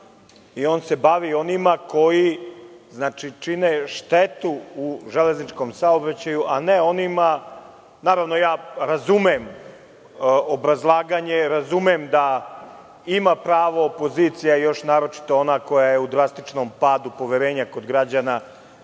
i on se bavi onima koji čine štetu u železničkom saobraćaju, a ne onima, naravno ja razumem obrazlaganje, razumem da ima pravo opozicija, još naročito ona koja je u drastičnom padu poverenja kod građana,